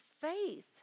faith